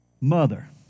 Mother